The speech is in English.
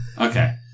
Okay